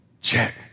Check